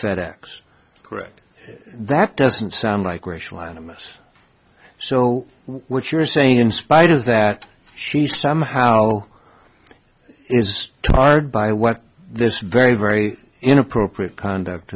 correct that doesn't sound like racial animus so what you're saying in spite of that she somehow is tarred by what this very very inappropriate conduct